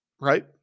Right